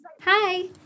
Hi